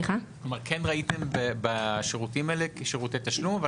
ראיתם בשירותים האלה כשירותי תשלום?